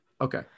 Okay